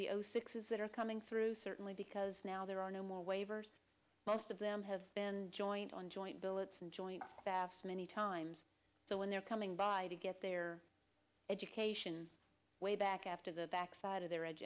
zero six is that are coming through certainly because now there are no more waivers most of them have been joint on joint billets and joint staff many times so when they're coming by to get their education way back after the backside of their